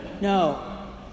No